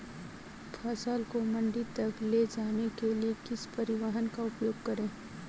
फसल को मंडी तक ले जाने के लिए किस परिवहन का उपयोग करें?